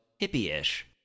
hippie-ish